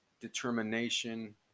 determination